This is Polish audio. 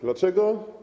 Dlaczego?